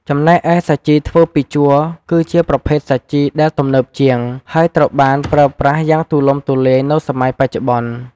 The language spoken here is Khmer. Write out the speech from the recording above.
ចំណែកឯ សាជីធ្វើពីជ័រគឺជាប្រភេទសាជីដែលទំនើបជាង ហើយត្រូវបានប្រើប្រាស់យ៉ាងទូលំទូលាយនៅសម័យបច្ចុប្បន្ន។